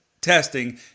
testing